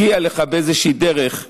המידע הגיע אליך באיזושהי דרך,